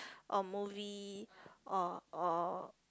or movie or or